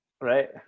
Right